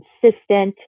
consistent